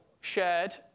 shared